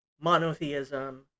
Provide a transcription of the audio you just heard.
monotheism